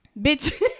Bitch